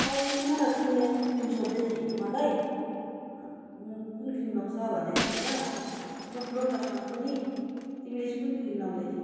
औ यहाँ सुन न तिमीले अस्ति क्रिम सोद्धै थियौ होइन मलाई कुन क्रिम लाउँछ भन्दै थियो होइन म त लोटस लाउँछु नि तिमीले चाहिँ कुन क्रिम लाउँदै थियौ